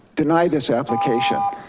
denied this application.